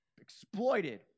exploited